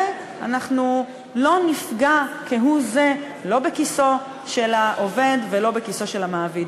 ואנחנו לא נפגע כהוא-זה לא בכיסו של העובד ולא בכיסו של המעביד.